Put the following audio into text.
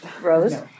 Rose